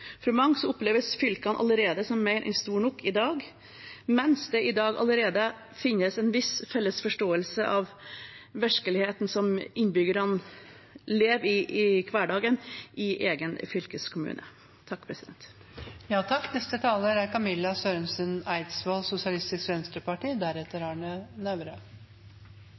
For mange oppleves fylkene allerede som mer enn store nok i dag, mens det i dag allerede finnes en viss felles forståelse av virkeligheten som innbyggerne lever i, i hverdagen i egen fylkeskommune.